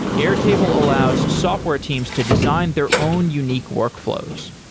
airtable allows software teams to design their own unique workflows.